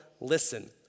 listen